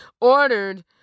ordered